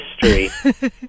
History